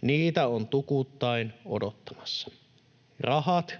Niitä on tukuttain odottamassa. Rahat